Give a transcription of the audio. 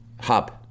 hub